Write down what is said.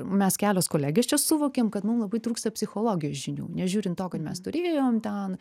mes kelios kolegės čia suvokėm kad mum labai trūksta psichologijos žinių nežiūrin to kad mes turėjom ten